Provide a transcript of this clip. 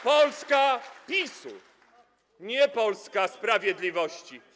Polska PiS-u, nie Polska sprawiedliwości.